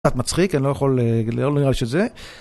קצת מצחיק, אני לא יכול... לא נראה לי שזה.